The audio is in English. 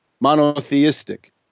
monotheistic